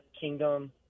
kingdom